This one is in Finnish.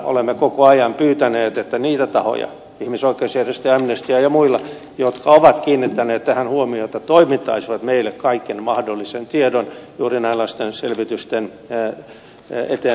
olemme koko ajan pyytäneet että ne tahot ihmisoikeusjärjestö amnesty ja muut jotka ovat kiinnittäneet tähän huomiota toimittaisivat meille kaiken mahdollisen tiedon juuri tällaisten selvitysten eteenpäin viemiseksi